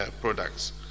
products